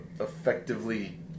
effectively